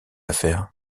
affaire